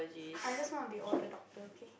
I just want to be all the doctor okay